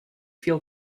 feel